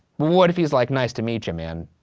what if he was like, nice to meet ya, man.